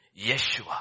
Yeshua